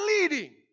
leading